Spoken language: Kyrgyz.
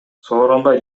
сооронбай